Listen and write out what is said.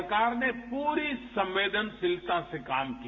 सरकार ने पूरी संवेदनशीलता से काम किया